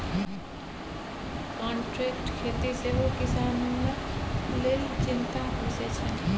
contract खेती सेहो किसानक लेल चिंताक बिषय छै